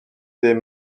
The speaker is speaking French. des